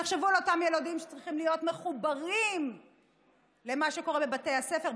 תחשבו על אותם ילדים שצריכים להיות מחוברים למה שקורה בבתי הספר,